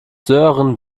sören